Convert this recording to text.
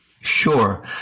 Sure